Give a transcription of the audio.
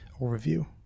overview